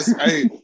hey